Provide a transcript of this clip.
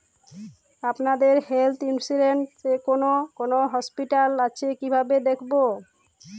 আপনাদের health insurance এ কোন কোন হসপিটাল আছে কিভাবে দেখবো?